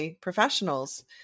professionals